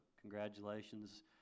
Congratulations